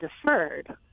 deferred